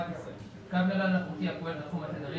11.קו נל"ן אלחוטי הפועל בתחום התדרים